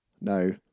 No